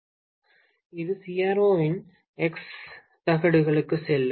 இது CRO இன் X தகடுகளுக்கு செல்லும்